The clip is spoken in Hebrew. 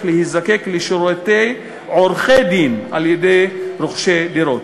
להיזקק לשירותי עורכי-דין על-ידי רוכשי דירות.